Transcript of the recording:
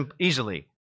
easily